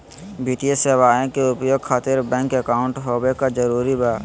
वित्तीय सेवाएं के उपयोग खातिर बैंक अकाउंट होबे का जरूरी बा?